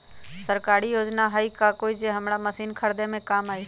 सरकारी योजना हई का कोइ जे से हमरा मशीन खरीदे में काम आई?